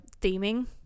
theming